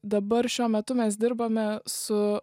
dabar šiuo metu mes dirbame su